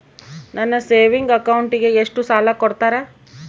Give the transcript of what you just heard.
ನನ್ನ ಸೇವಿಂಗ್ ಅಕೌಂಟಿಗೆ ಎಷ್ಟು ಸಾಲ ಕೊಡ್ತಾರ?